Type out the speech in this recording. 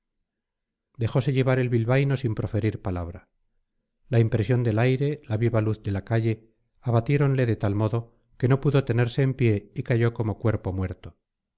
dejose llevar el bilbaíno sin proferir palabra la impresión del aire la viva luz de la calle abatiéronle de tal modo que no pudo tenerse en pie y cayó como cuerpo muerto